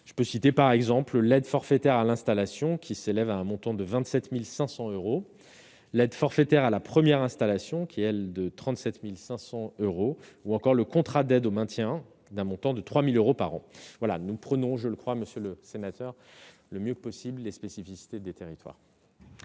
je peux citer par exemple l'aide forfaitaire à l'installation, qui s'élève à un montant de 27500 euros l'aide forfaitaire à la première installation qui, elle, de 37500 euros ou encore le contrat d'aide au maintien d'un montant de 3000 euros par an voilà nous prenons, je le crois, Monsieur le Sénateur, le mieux possible les spécificités des territoires.